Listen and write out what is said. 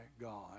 God